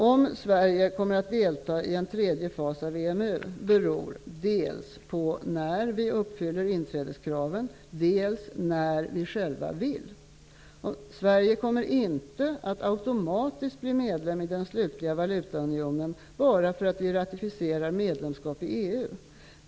Om Sverige kommer att delta i en tredje fas av EMU beror dels på när vi uppfyller inträdeskraven, dels på när vi själva vill. Sverige kommer inte att automatiskt bli medlem i den slutliga valutaunionen bara därför att vi ratificerar medlemskap i EU.